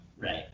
Right